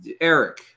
Eric